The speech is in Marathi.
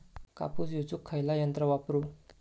कापूस येचुक खयला यंत्र वापरू?